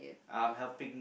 I'm helping